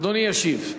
אדוני ישיב.